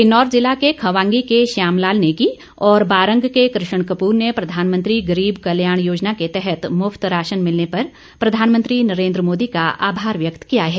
किन्नौर ज़िला के खवांगी के श्यामलाल नेगी और बारंग के कृष्ण कप्र ने प्रधानमंत्री गरीब कल्याण योजना के तहत मुफ्त राशन मिलने पर प्रधानमंत्री नरेंद्र मोदी का आभार व्यक्त किया है